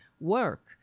work